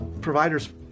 providers